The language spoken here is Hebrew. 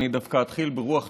אני דווקא אתחיל ברוח טובה.